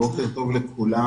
בוקר טוב לכולם.